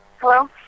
Hello